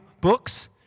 books